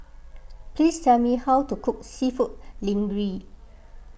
please tell me how to cook Seafood Linguine